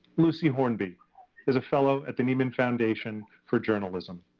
lucy hornby is a fellow at the nieman foundation for journalism.